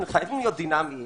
אנחנו חייבים להיות דינמיים